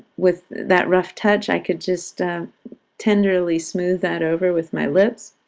with that rough touch, i could just tenderly smooth that over with my lips.